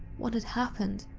what had happened?